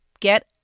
Get